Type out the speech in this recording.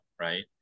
right